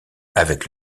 avec